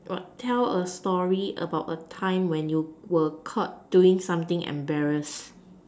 what tell a story about a time when you were caught doing something embarrass